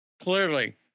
Clearly